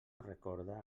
recorda